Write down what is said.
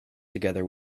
together